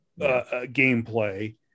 gameplay